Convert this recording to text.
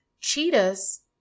Cheetahs